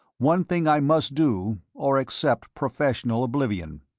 one thing i must do or accept professional oblivion.